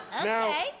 Okay